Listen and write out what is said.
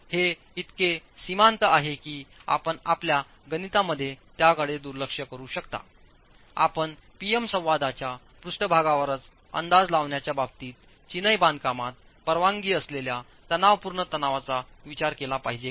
हे इतके सीमान्त आहे की आपण आपल्या गणितांमध्ये त्याकडे दुर्लक्ष करू शकता आपण P M संवादाच्या पृष्ठभागावरच अंदाज लावण्याच्या बाबतीत चिनाई बांधकामात परवानगी असलेल्या तणावपूर्ण तणावाचा विचार केला पाहिजे का